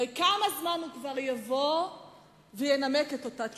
הרי כמה זמן הוא יבוא וינמק את אותה תשובה?